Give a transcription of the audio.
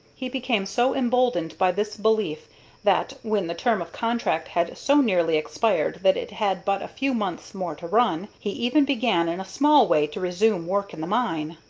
he became so emboldened by this belief that, when the term of contract had so nearly expired that it had but a few months more to run, he even began in a small way to resume work in the mine.